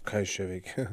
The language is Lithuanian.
ką jis čia veikė